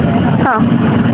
ಹಾಂ